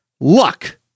luck